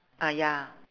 ah ya